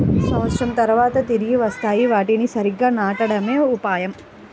సంవత్సరం తర్వాత తిరిగి వస్తాయి, వాటిని సరిగ్గా నాటడమే ఉపాయం